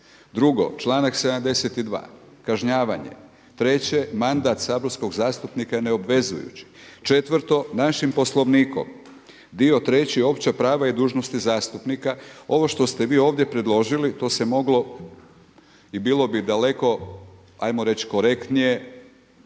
Drugo, članak 72. kažnjavanje, treće mandat saborskog zastupnika je neobvezujući. Četvrto, našim Poslovnikom dio treći – Opća prava i dužnosti zastupnika ovo što ste vi ovdje predložili to se moglo i bilo bi daleko ajmo reći korektnije